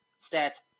stats